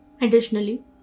Additionally